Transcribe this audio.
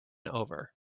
over